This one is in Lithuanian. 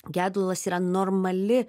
gedulas yra normali